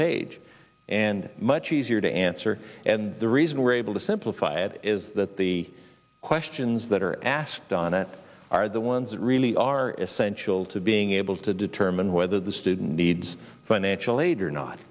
page and much easier to answer and the reason we're able to simplify it is that the questions that are asked on it are the ones that really are essential to being able to determine whether the student needs financial aid or